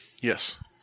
Yes